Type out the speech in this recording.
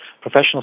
professional